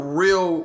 real